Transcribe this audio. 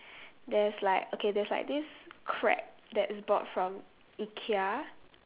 there's like okay there's like this crab that's bought from ikea